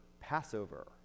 Passover